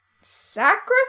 sacrifice